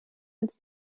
its